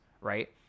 right